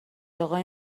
اقای